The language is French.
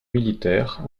militaire